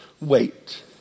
wait